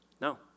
No